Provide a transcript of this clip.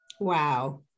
Wow